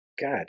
God